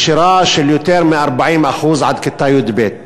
נשירה של יותר מ-40% עד כיתה י"ב,